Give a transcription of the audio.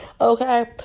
okay